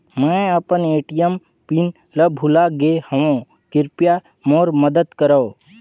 मैं अपन ATM pin ल भुला गे हवों, कृपया मोर मदद करव